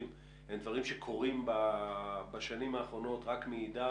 הם דברים שקורים בשנים האחרונות רק מעידה